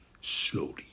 slowly